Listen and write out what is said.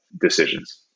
decisions